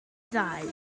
ddau